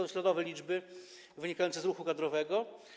Są śladowe liczby wynikające z ruchu kadrowego.